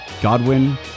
Godwin